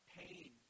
pain